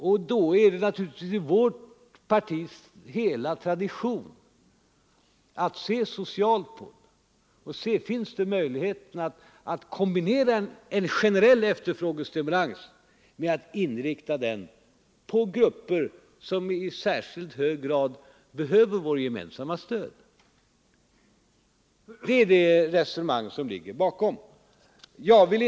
Då ligger det naturligtvis i vårt partis hela tradition att se socialt på saken och undersöka om det finns möjlighet att kombinera en generell efterfrågestimulans med en inriktning av åtgärderna på grupper som i särskilt hög grad behöver vårt gemensamma stöd. Jag upprepar än en gång att det är detta resonemang som ligger bakom åtgärderna.